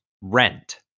rent